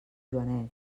joanet